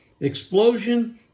explosion